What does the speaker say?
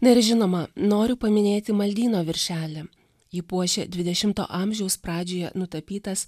na ir žinoma noriu paminėti maldyno viršelį jį puošia dvidešimto amžiaus pradžioje nutapytas